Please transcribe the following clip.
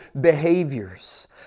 behaviors